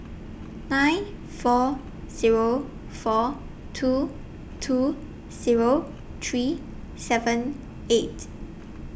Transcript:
nine four Zero four two two Zero three seven eight